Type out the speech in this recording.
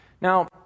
Now